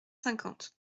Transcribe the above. cinquante